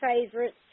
favorites